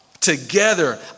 together